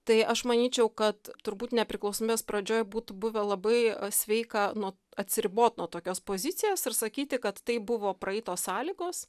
tai aš manyčiau kad turbūt nepriklausomybės pradžioj būtų buvę labai sveika nuo atsiribot nuo tokios pozicijos ir sakyti kad tai buvo praeitos sąlygos